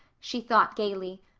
she thought gaily.